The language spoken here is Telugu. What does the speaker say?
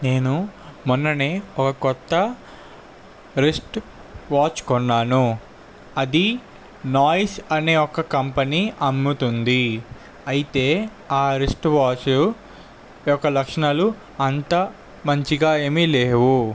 నేను మొన్ననే ఒక కొత్త రిస్ట్ వాచ్ కొన్నాను అది నాయిస్ అనే ఒక కంపెనీ అమ్ముతుంది అయితే ఆ రిస్ట్ వాచ్ యొక్క లక్షణాలు అంతా మంచిగా ఏమీ లేవు